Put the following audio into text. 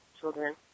children